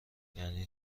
یعنی